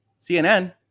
CNN